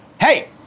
Hey